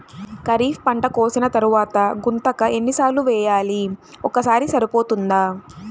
ఖరీఫ్ పంట కోసిన తరువాత గుంతక ఎన్ని సార్లు వేయాలి? ఒక్కసారి సరిపోతుందా?